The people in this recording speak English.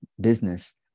business